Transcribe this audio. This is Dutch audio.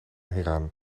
hieraan